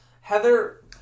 Heather